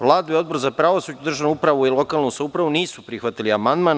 Vlada i Odbor za pravosuđe, državnu upravu i lokalnu samoupravu nisu prihvatili amandman.